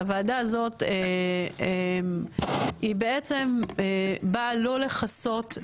אבל הוועדה הזאת היא בעצם באה לא לכסות,